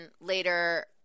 later